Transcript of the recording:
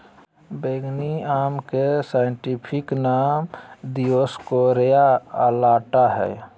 बैंगनी आम के साइंटिफिक नाम दिओस्कोरेआ अलाटा हइ